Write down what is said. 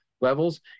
levels